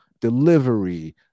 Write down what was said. delivery